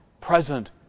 present